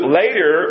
later